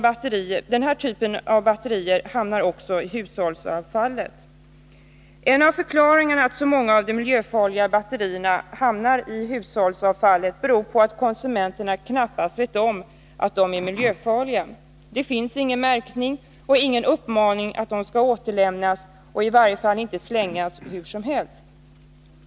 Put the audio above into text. Den här typen av batterier hamnar också i hushållsavfallet. En av förklaringarna till att så många av de miljöfarliga batterierna hamnar i hushållsavfallet är att konsumenterna knappast vet om att de är miljöfarliga. Det finns ingen märkning och ingen uppmaning att de skall återlämnas eller i varje fall inte slängas hur som helst.